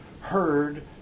heard